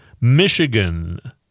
Michigan